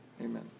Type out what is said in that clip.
Amen